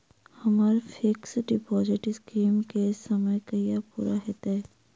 हम्मर fix deposit scheme केँ समय कहिया पूरा हैत?